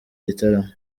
gitaramo